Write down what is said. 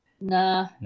Nah